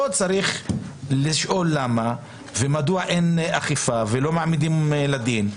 פה צריך לשאול למה ומדוע אין אכיפה ולא מעמידים לדין.